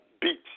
beat